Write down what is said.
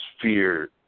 fear